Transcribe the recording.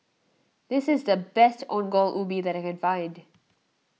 this is the best Ongol Ubi that I can find